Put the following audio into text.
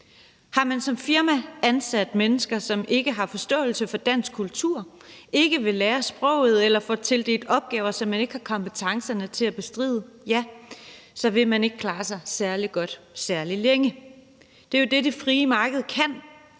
Har man som firma ansat mennesker, som ikke har forståelse for dansk kultur, ikke vil lære sproget eller får tildelt opgaver, som de ikke har kompetencerne til at bestride, så vil man ikke klare sig særlig godt særlig længe. Det, det frie marked kan,